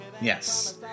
Yes